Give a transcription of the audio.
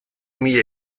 mila